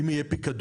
אם יהיה פקדון,